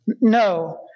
No